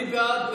אני בעד,